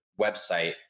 website